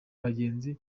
abagenzi